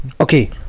Okay